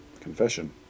confession